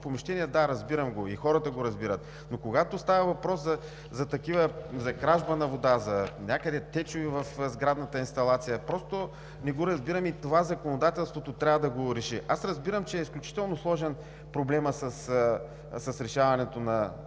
да, разбирам го, и хората го разбират, но когато става въпрос за кражба на вода, за течове някъде в сградната инсталация, просто не го разбирам и това законодателството трябва да го реши. Аз разбирам, че е изключително сложен проблемът с решаването на